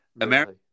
America